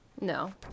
No